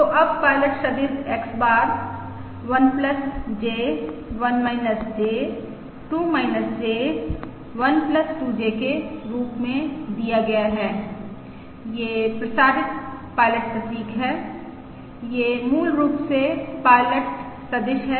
तो अब पायलट सदिश X bar 1 J 1 J 2 J 1 2J के रूप में दिया गया है ये प्रसारित पायलट प्रतीक हैं यह मूल रूप से पायलट सदिश है